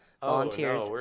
volunteers